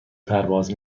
پرواز